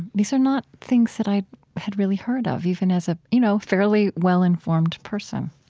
these are not things that i had really heard of, even as a you know fairly well-informed person